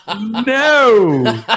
No